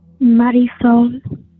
Marisol